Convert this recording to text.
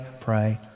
pray